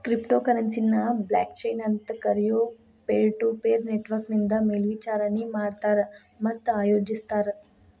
crypto ಕರೆನ್ಸಿನ blockchain ಅಂತ್ ಕರಿಯೊ ಪೇರ್ಟುಪೇರ್ ನೆಟ್ವರ್ಕ್ನಿಂದ ಮೇಲ್ವಿಚಾರಣಿ ಮಾಡ್ತಾರ ಮತ್ತ ಆಯೋಜಿಸ್ತಾರ